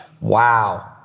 Wow